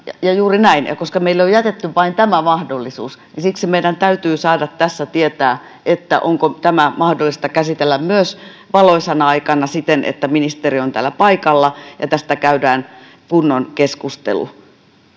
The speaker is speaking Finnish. ja juuri näin koska meille on jätetty vain tämä mahdollisuus siksi meidän täytyy saada tässä tietää onko tämä mahdollista käsitellä myös valoisana aikana siten että ministeri on täällä paikalla ja tästä käydään kunnon keskustelu